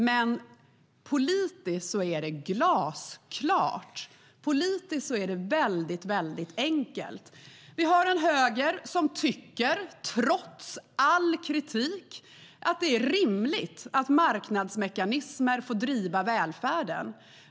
Men politiskt är det glasklart. Politiskt är det väldigt enkelt. Vi har en höger som trots all kritik tycker att det är rimligt att marknadsmekanismer får driva välfärden.